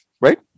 right